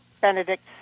Benedict